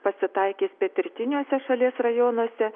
pasitaikys pietrytiniuose šalies rajonuose